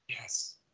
Yes